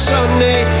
Sunday